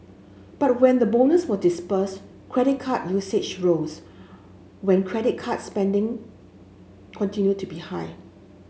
but when the bonus was disbursed credit card usage rose when credit card spending continued to be high